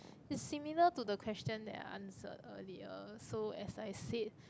is similar to the question that I answered earlier so as I said